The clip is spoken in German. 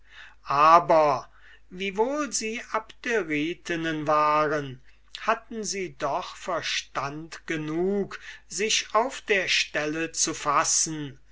aber wiewohl sie abderitinnen waren hatten sie doch verstand genug sich auf der stelle zu fassen